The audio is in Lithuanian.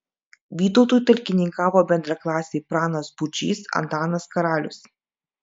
vytautui talkininkavo bendraklasiai pranas būčys antanas karalius